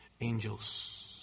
angels